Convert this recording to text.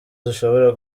zishobora